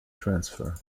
transfer